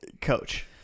Coach